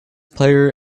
player